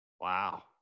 Wow